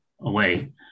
away